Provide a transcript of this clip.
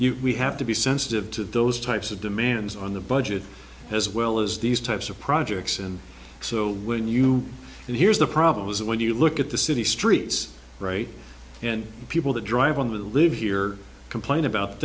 you we have to be sensitive to those types of demands on the budget as well as these types of projects and so when you and here's the problem is that when you look at the city streets right and people that drive on with live here complain about